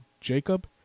Jacob